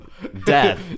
Death